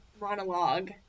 monologue